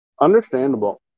Understandable